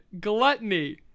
gluttony